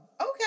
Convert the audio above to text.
okay